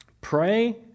pray